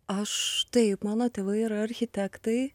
aš taip mano tėvai yra architektai